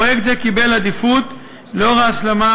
פרויקט זה קיבל עדיפות לאור ההסלמה,